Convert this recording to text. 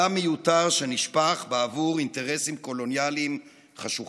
דם מיותר שנשפך בעבור אינטרסים קולוניאליים חשוכים.